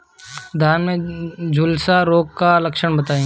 धान में झुलसा रोग क लक्षण बताई?